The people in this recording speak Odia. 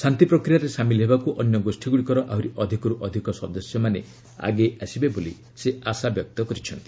ଶାନ୍ତି ପ୍ରକ୍ରିୟାରେ ସାମିଲ ହେବାକୁ ଅନ୍ୟ ଗୋଷ୍ଠୀଗୁଡ଼ିକର ଆହୁରି ଅଧିକରୁ ଅଧିକ ସଦସ୍ୟମାନେ ଆଗେଇ ଆସିବେ ବୋଲି ସେ ଆଶା ପ୍ରକାଶ କରିଛନ୍ତି